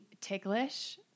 ticklish